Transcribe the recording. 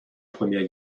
première